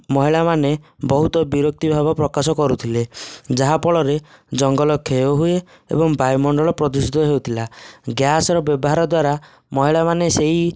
ମହିଳାମାନେ ବହୁତ ବିରକ୍ତି ଭାବ ପ୍ରକାଶ କରୁଥିଲେ ଯାହାଫଳରେ ଜଙ୍ଗଲ କ୍ଷୟ ହୁଏ ଏବଂ ବାୟୁମଣ୍ଡଳ ପ୍ରଦୂଷିତ ହେଉଥିଲା ଗ୍ୟାସର ବ୍ୟବହାର ଦ୍ୱାରା ମହିଳାମାନେ ସେଇ